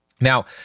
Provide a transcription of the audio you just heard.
Now